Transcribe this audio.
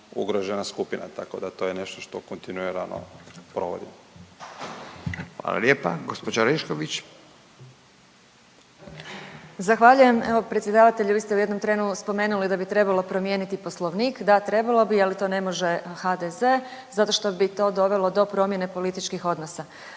lijepa. Gospođa Orešković. **Orešković, Dalija (Stranka s imenom i prezimenom)** Zahvaljujem. Evo predsjedavatelju vi ste u jednom trenu spomenuli da bi trebalo promijeniti Poslovnik, da trebalo bi ali to ne može HDZ zato što bi to dovelo do promjene političkih odnosa